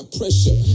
pressure